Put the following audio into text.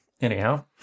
Anyhow